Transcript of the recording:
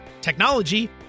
technology